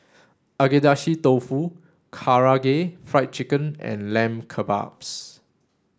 Agedashi Dofu Karaage Fried Chicken and Lamb Kebabs